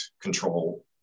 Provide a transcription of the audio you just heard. control